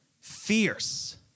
fierce